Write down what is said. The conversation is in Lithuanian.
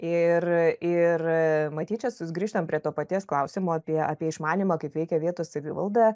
ir ir matyt čia sugrįžtam prie to paties klausimo apie apie išmanymą kaip veikia vietos savivalda